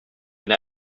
and